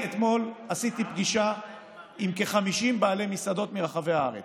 אני אתמול עשיתי פגישה עם כ-50 בעלי מסעדות מרחבי הארץ.